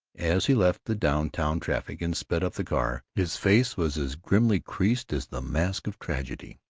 as he left the down-town traffic and sped up the car, his face was as grimly creased as the mask of tragedy.